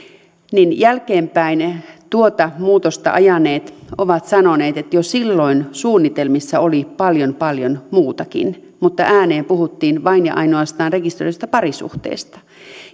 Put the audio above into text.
niin jälkeenpäin tuota muutosta ajaneet ovat sanoneet että jo silloin suunnitelmissa oli paljon paljon muutakin mutta ääneen puhuttiin vain ja ainoastaan rekisteröidystä parisuhteesta